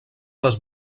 les